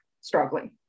struggling